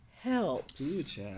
helps